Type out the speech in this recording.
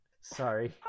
Sorry